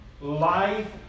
Life